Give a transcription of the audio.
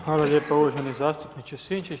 Hvala lijepa uvaženi zastupniče Sinčić.